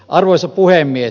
arvoisa puhemies